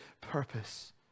purpose